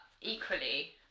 equally